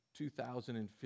2015